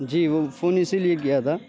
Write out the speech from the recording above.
جی وہ فون اسی لیے کیا تھا